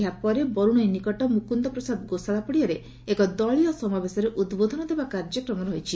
ଏହାପରେ ବରୁଣେଇ ନିକଟ ମୁକୁଦପ୍ରସାଦ ଗୋସାଳା ପଡ଼ିଆରେ ଏକ ଦଳୀୟ ସମାବେଶରେ ଉଦ୍ବୋଧନ ଦେବା କାର୍ଯ୍ୟକ୍ରମ ରହିଛି